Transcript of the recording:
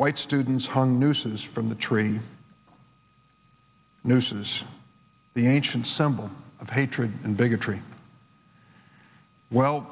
white students hung nooses from the tree nooses the ancient symbol of hatred and bigotry well